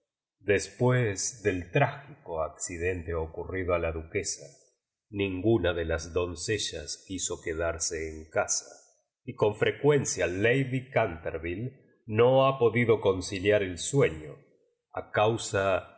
después del trágico accidente ocurrido a la duquesa ninguna de las doncellas quiso quedarse en casa y con frecuencia lady canterville no ha podido conciliar el sueño a causa de